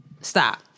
stop